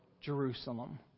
Jerusalem